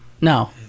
No